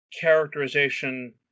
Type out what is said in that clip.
characterization